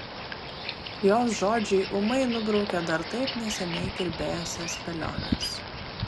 jos žodžiai ūmai nubraukia dar taip neseniai kirbėjusias spėliones